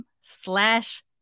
slash